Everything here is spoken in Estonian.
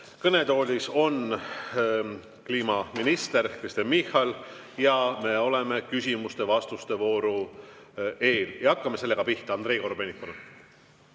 Kõnetoolis on kliimaminister Kristen Michal, me oleme küsimuste ja vastuste vooru eel ja hakkame sellega pihta. Andrei Korobeinik,